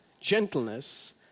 gentleness